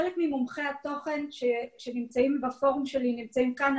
חלק ממומחי התוכן שנמצאים בפורום שלי נמצאים כאן,